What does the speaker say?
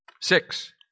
Six